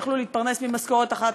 אנשים יכלו להתפרנס ממשכורת אחת,